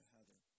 Heather